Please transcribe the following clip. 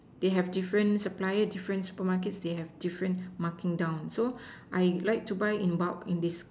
they have different suppliers different supermarkets they have different marking down so I like to buy in bulk in this